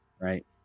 right